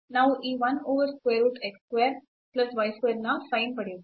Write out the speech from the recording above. ನಾವು ಈ 1 over square root x square plus y square ನ sine ಪಡೆಯುತ್ತೇವೆ